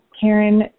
Karen